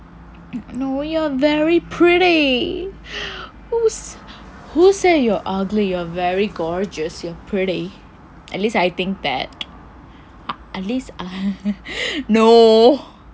you know you are very pretty who's who say you're ugly you're very gorgeous you're pretty at least I think that at least no